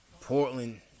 Portland